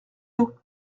nous